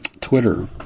Twitter